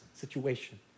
situation